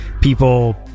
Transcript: people